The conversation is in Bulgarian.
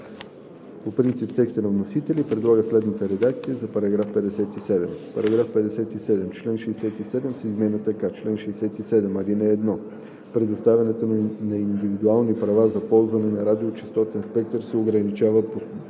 по принцип текста на вносителя и предлага следната редакция за § 57: „§ 57. Член 67 се изменя така: „Чл. 67. (1) Предоставянето на индивидуални права за ползване на радиочестотен спектър се ограничава до